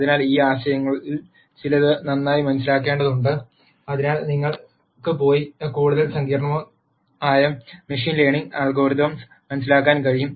അതിനാൽ ഈ ആശയങ്ങളിൽ ചിലത് നന്നായി മനസ്സിലാക്കേണ്ടതുണ്ട് അതിനാൽ നിങ്ങൾക്ക് പോയി കൂടുതൽ സങ്കീർണ്ണമോ സങ്കീർണ്ണമോ ആയ മെഷീൻ ലേണിംഗ് അൽഗോരിതം മനസിലാക്കാൻ കഴിയും